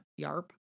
Yarp